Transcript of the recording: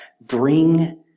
bring